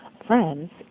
friends